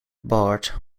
bart